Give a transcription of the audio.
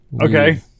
Okay